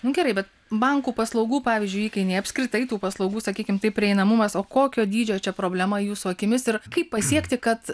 nu gerai bet bankų paslaugų pavyzdžiui įkainiai apskritai tų paslaugų sakykim taip prieinamumas o kokio dydžio čia problema jūsų akimis ir kaip pasiekti kad